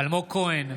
אלמוג כהן,